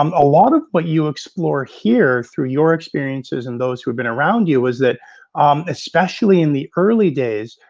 um a lot of what you explore here through your experiences and those who have been around you, is that especially in the early days,